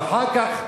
ואחר כך,